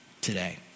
today